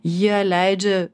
jie leidžia